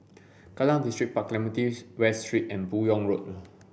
Kallang Distripark Clementi West Street and Buyong Road